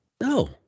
No